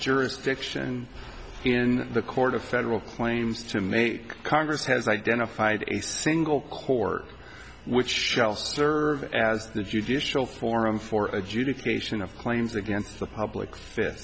jurisdiction in the court of federal claims to make congress has identified a single court which shall serve as the judicial forum for adjudication of claims against the public fit